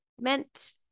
meant